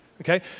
Okay